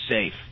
safe